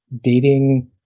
dating